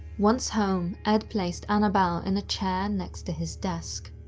once home, ed placed annabelle in a chair next to his desk.